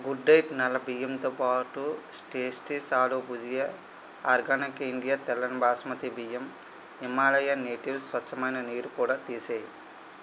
good diet నల్ల బియ్యం తోపాటు tasty aloo bhujia organic India తెల్లని బాస్మతి బియ్యం హిమాలయన్ నేటివ్స్ స్వచ్చమైన నీరు కూడా తీసేయి